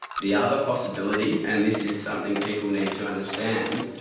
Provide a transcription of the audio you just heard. the other possibility, and this is something people need to understand,